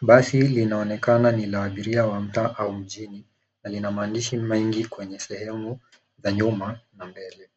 basi linaonekana ni la abiria wa mtaa au mjini naa lina maandishi mengi kwenye sehemu ya nyuma na mbele.